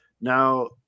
now